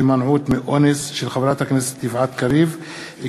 חינוך מיני והיבטים אחרים הקשורים